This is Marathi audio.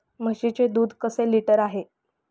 म्हशीचे दूध कसे लिटर आहे?